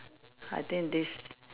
I think this